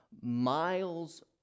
miles